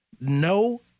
No